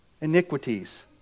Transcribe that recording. iniquities